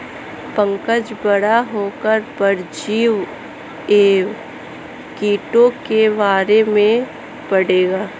पंकज बड़ा होकर परजीवी एवं टीकों के बारे में पढ़ेगा